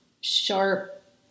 sharp